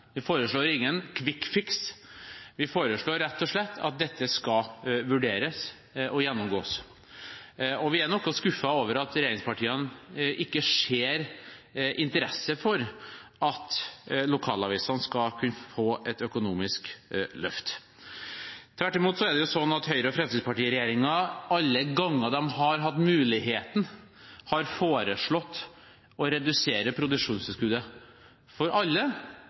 Vi foreslår ingen «quick fix». Vi foreslår rett og slett at dette skal vurderes og gjennomgås. Og vi er noe skuffet over at regjeringspartiene ikke viser interesse for at lokalavisene skal kunne få et økonomisk løft. Tvert imot er det jo slik at Høyre–Fremskrittsparti-regjeringen alle ganger de har hatt muligheten, har foreslått å redusere produksjonstilskuddet for alle